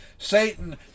Satan